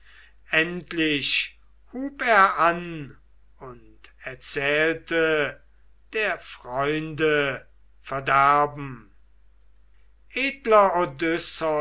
endlich hub er an und erzählte der freunde verderben